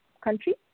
country